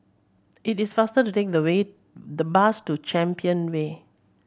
it is faster to take the way the bus to Champion Way